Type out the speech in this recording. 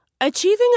Achieving